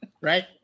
right